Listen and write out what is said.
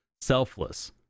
selfless